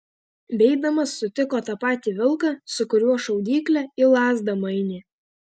beeidamas sutiko tą patį vilką su kuriuo šaudyklę į lazdą mainė